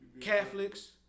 Catholics